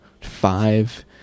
five